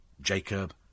Jacob